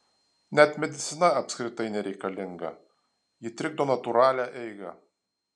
net medicina apskritai nereikalinga ji trikdo natūralią eigą